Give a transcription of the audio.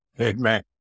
Amen